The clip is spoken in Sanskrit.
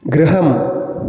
गृहम्